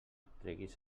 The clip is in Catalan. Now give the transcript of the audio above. treguis